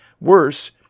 Worse